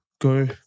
go